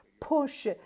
push